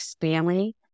family